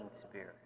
spirit